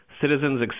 citizens